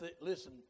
listen